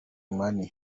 money